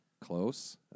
close